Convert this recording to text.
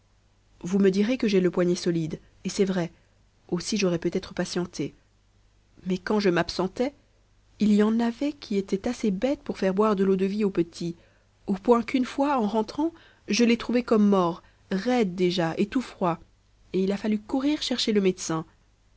vous me direz que j'ai le poignet solide et c'est vrai aussi j'aurais peut-être patienté mais quand je m'absentait il y en avait qui étaient assez bêtes pour faire boire de l'eau-de-vie au petit au point qu'une fois en rentrant je l'ai trouvé comme mort raide déjà et tout froid et il a fallu courir chercher le médecin